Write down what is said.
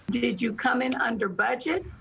did you come in under budget?